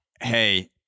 hey